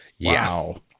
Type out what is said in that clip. Wow